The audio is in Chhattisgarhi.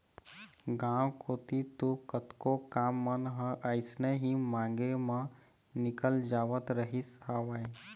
गांव कोती तो कतको काम मन ह अइसने ही मांगे म निकल जावत रहिस हवय